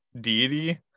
deity